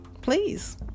please